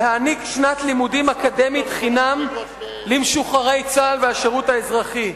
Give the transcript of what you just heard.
להעניק שנת לימודים אקדמית חינם למשוחררי צה"ל והשירות האזרחי.